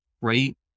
right